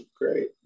great